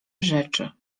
rzeczy